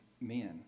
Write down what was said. men